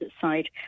side